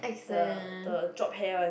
the the drop hair one